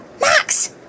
Max